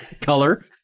color